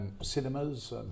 cinemas